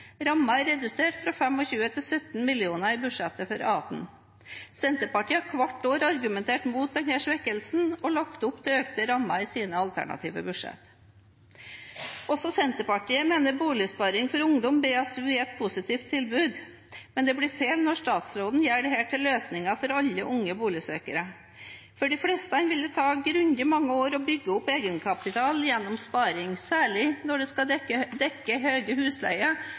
er redusert fra 25 mill. kr til 17 mill. kr i budsjettet for 2018. Senterpartiet har hvert år argumentert mot denne svekkelsen og lagt opp til økte rammer i sine alternative budsjetter. Også Senterpartiet mener at Boligsparing for ungdom, BSU, er et positivt tilbud, men det blir feil når statsråden gjør dette til løsningen for alle unge boligsøkere. For de fleste vil det ta grundig mange år å bygge opp egenkapital gjennom sparing, særlig når man skal dekke